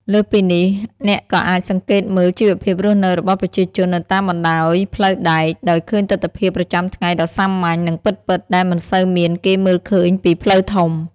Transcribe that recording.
លើសពីនេះ អ្នកក៏អាចសង្កេតមើល ជីវភាពរស់នៅរបស់ប្រជាជន នៅតាមបណ្ដោយផ្លូវដែក ដោយឃើញទិដ្ឋភាពប្រចាំថ្ងៃដ៏សាមញ្ញ និងពិតៗដែលមិនសូវមានគេមើលឃើញពីផ្លូវធំ។